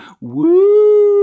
Woo